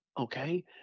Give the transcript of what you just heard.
Okay